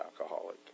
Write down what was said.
alcoholic